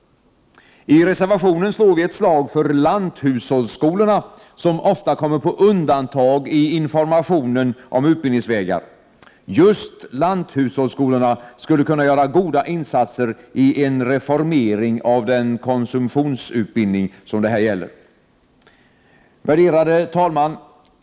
Vi slår i reservationen ett slag för lanthushållsskolorna, som ofta kommer på undantag i informationen om utbildningsvägar. Just lanthushållsskolorna skulle kunna göra goda insatser i en reformering av den konsumtionsutbildning som det här gäller. Värderade talman!